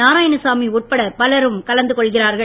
நாராயணசாமி உட்பட பலரும் கலந்து கொள்கிறார்கள்